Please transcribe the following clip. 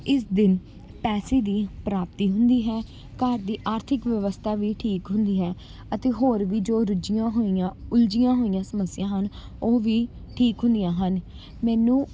ਇਸ ਦਿਨ ਪੈਸੇ ਦੀ ਪ੍ਰਾਪਤੀ ਹੁੰਦੀ ਹੈ ਘਰ ਦੀ ਆਰਥਿਕ ਵਿਵਸਥਾ ਵੀ ਠੀਕ ਹੁੰਦੀ ਹੈ ਅਤੇ ਹੋਰ ਵੀ ਜੋ ਰੁਝੀਆਂ ਹੋਈਆਂ ਉਲਝੀਆਂ ਹੋਈਆਂ ਸਮੱਸਿਆ ਹਨ ਉਹ ਵੀ ਠੀਕ ਹੁੰਦੀਆਂ ਹਨ ਮੈਨੂੰ